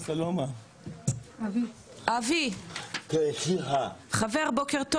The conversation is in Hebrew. נכניס עבודה מאוקטובר עד מרץ ל-12 דקות וכך נעשה תקציר מהיר על מה